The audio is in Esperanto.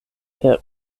per